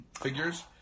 figures